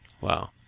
Wow